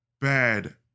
bad